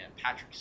Patrick